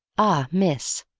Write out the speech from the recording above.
ah miss,